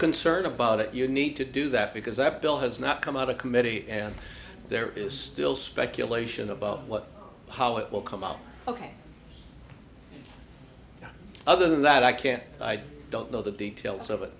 concern about it you need to do that because that bill has not come out of committee and there is still speculation about what how it will come out ok other than that i can't i don't know the details of it